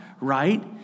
right